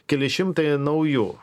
keli šimtai naujų